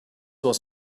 was